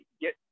get